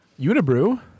Unibrew